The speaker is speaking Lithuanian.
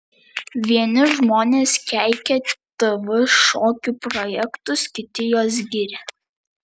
vieni žmonės keikia tv šokių projektus kiti juos giria